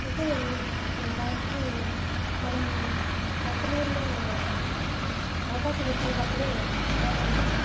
అయితే వారికి మనం కంపెనీల్లో అవకాశం ఇచ్చేటప్పుడు మనం